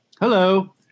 Hello